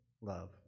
love